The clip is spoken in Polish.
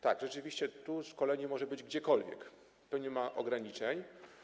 Tak, rzeczywiście to szkolenie może być gdziekolwiek, nie ma ograniczeń.